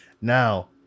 Now